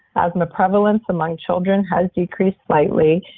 asthma prevalence among children has decreased slightly,